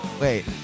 Wait